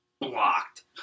blocked